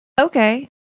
Okay